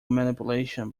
manipulation